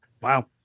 Wow